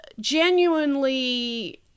genuinely